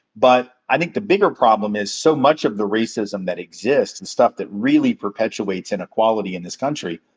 but i think the bigger problem is so much of the racism that exists, and stuff that really perpetuates inequality in this country,